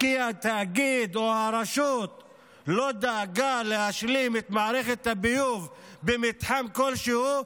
כי התאגיד או הרשות לא דאגו להשלים את מערכת הביוב במתחם כלשהו,